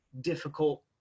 difficult